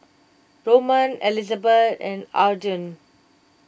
Roman Elizabeth and Aaden